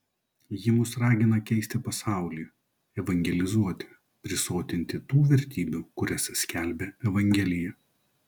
ji mus ragina keisti pasaulį evangelizuoti prisotinti tų vertybių kurias skelbia evangelija